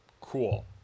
Cool